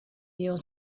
your